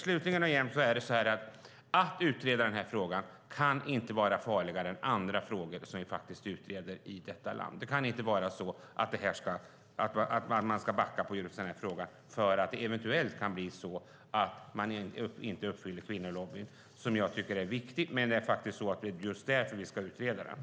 Slutligen: Det kan inte vara farligare att utreda denna fråga än andra frågor som vi utreder i detta land. Det kan inte vara så att man ska backa i just denna fråga därför att man eventuellt inte kommer att uppfylla kvinnolobbyns krav. Jag tycker att det är viktigt, och det är också just därför vi ska utreda frågan.